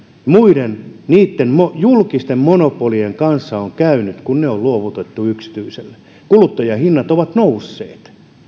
muiden julkisten monipolien kanssa on käynyt kun ne on luovutettu yksityiselle kuluttajahinnat ovat nousseet